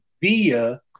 via